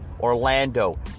Orlando